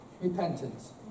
Repentance